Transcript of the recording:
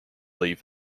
leave